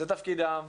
זה תפקידם.